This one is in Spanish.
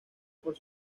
por